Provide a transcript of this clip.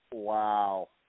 Wow